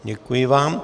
Děkuji vám.